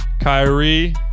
Kyrie